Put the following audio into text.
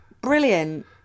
brilliant